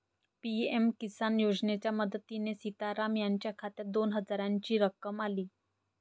PM Kisan योजनेच्या मदतीने सीताराम यांच्या खात्यात दोन हजारांची रक्कम आली